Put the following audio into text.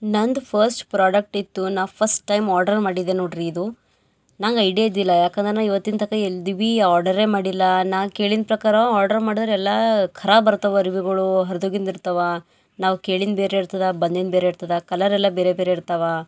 ನಂದು first product ಇತ್ತು ನಾ ಫಸ್ಟ್ ಟೈಮ್ ಆರ್ಡ್ರ್ ಮಾಡಿದೆ ನೋಡ್ರಿ ಇದು ನಂಗೆ ಐಡ್ಯಾ ಇದ್ದಿಲ್ಲ ಯಾಕಂದ್ರ ನಾ ಇವತ್ತಿನ ತನಕ ಎಂದು ಬೀ ಆರ್ಡರೇ ಮಾಡಿಲ್ಲ ನಾ ಕೇಳಿನ ಪ್ರಕಾರ ಆರ್ಡ್ರ್ ಮಾಡಿದ್ರೆ ಎಲ್ಲ ಖರಾಬ್ ಬರ್ತವ ರಿವ್ಯೂಗಳು ಹರ್ದೋಗಿಂದು ಇರ್ತವ ನಾವು ಕೇಳಿಂದು ಬೇರೆ ಇರ್ತದ ಬಂದಿಂದು ಬೇರೆ ಇರ್ತದ ಕಲರ್ ಎಲ್ಲ ಬೇರೆ ಬೇರೆ ಇರ್ತವಾ